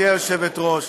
גברתי היושבת-ראש,